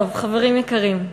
חברים יקרים,